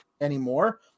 anymore